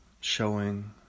showing